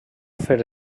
fer